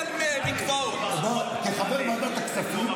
לא, יודע.